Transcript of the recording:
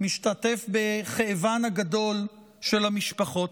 משתתף בכאבן הגדול של המשפחות.